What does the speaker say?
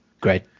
Great